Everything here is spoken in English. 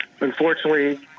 unfortunately